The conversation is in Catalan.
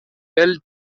pel